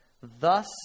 Thus